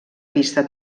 vista